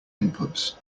inputs